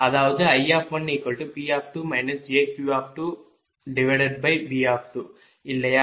அதாவது I1P2 jQ2V2 இல்லையா